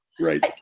right